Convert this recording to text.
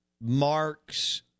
Marks